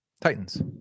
Titans